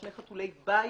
שני חתולי בית